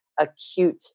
acute